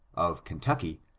of kentucky,